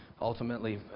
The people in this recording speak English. ultimately